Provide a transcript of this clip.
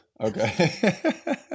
Okay